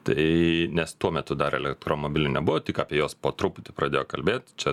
tai nes tuo metu dar elektromobilių nebuvo tik apie jos po truputį pradėjo kalbėt čia